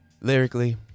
Lyrically